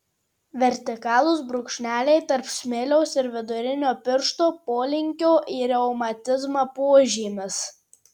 vertikalūs brūkšneliai tarp smiliaus ir vidurinio piršto polinkio į reumatizmą požymis